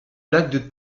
lac